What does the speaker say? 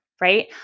right